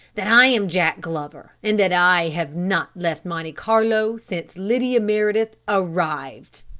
that i am jack glover, and that i have not left monte carlo since lydia meredith arrived.